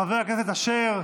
חבר הכנסת אשר,